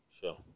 Sure